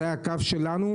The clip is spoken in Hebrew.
זה הקו שלנו,